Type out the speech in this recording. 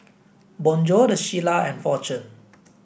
Bonjour the Shilla and Fortune